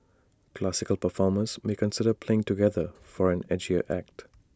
classical performers may consider playing together for an 'edgier' act